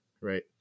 right